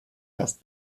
das